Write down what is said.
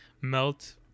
melt